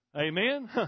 Amen